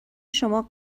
شما